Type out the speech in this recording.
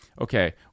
okay